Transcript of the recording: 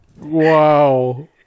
Wow